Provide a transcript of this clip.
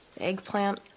eggplant